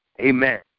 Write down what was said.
Amen